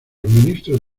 ministros